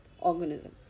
organism